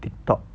TikTok